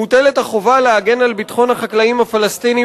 מוטלת החובה להגן על ביטחון החקלאים הפלסטינים